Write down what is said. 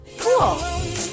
Cool